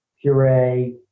puree